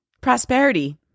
prosperity